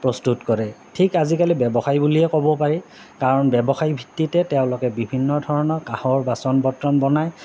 প্ৰস্তুত কৰে ঠিক আজিকালি ব্যৱসায় বুলিয়ে ক'ব পাৰি কাৰণ ব্যৱসায় ভিত্তিতে তেওঁলোকে বিভিন্ন ধৰণৰ কাঁহৰ বাচন বৰ্তন বনাই